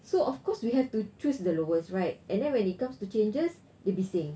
so of course we have to choose the lowest right and then when it comes to changes dia bising